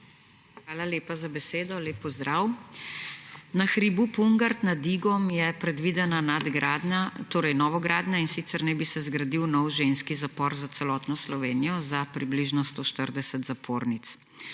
Hvala lepa za besedo. Lep pozdrav! Na hribu Pungart nad Igom je predvidena novogradnja, in sicer naj bi se zgradil nov ženski zapor za celotno Slovenijo za približno 140 zapornic.